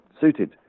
suited